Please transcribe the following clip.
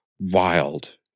wild